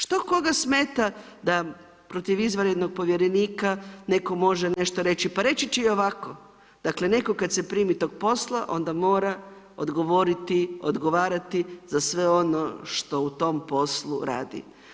Što koga smeta da protiv izvanrednog povjerenika netko može nešto reći pa reći će i ovako, dakle netko kad se primi tog posla onda mora odgovarati za sve ono što u tom poslu radi.